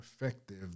effective